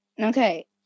Okay